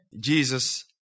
Jesus